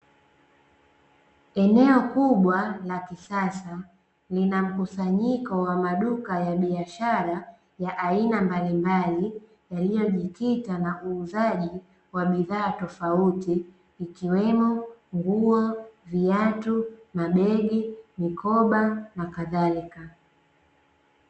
Eneo kubwa la kisasa linamkusanyiko wa maduka ya biashara ya aina mbalimbali yaliyojikita na uuzaji wa bidhaa tofauti ikiwemo nguo, viatu, mabegi, mikoba na kadhalika.